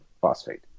phosphate